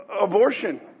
abortion